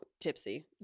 tipsy